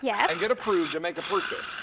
yeah and get approved and make a purchase,